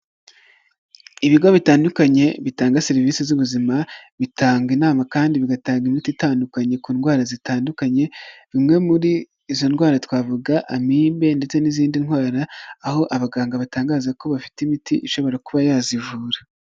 Ibigo bitandukanye bitanga serivisi z'ubuzima, bitanga inama kandi bigatanga imiti itandukanye, ku ndwara zitandukanye, imwe muri izo ndwara twavuga Amibe ndetse n'izindi ndwara, aho abaganga batangaza ko bafite imiti ishobora kuba yazivura.